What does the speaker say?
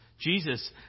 Jesus